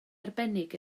arbennig